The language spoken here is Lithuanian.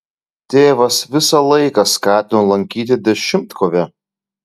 tėvas visą laiką skatino lankyti dešimtkovę